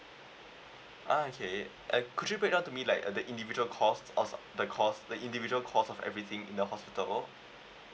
ah K and could you break down to me like the individual cost of the cost the individual cost of everything in the hospital